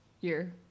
year